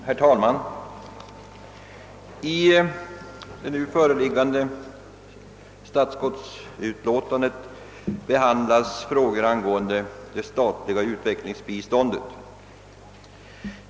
Herr talman! I statsutskottets förevarande utlåtande behandlas frågor rörande det statliga utvecklingsbiståndet.